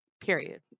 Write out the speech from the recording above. period